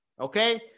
Okay